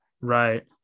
right